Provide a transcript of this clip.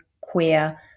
queer